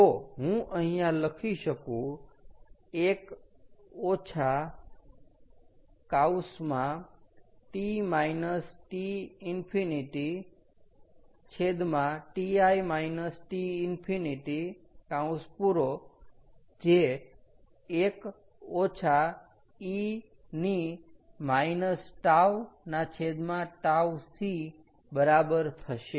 તો હું અહીંયા લખી શકું 1 T T∞ Ti T∞ જે 1 - e ττc બરાબર હશે